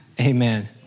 Amen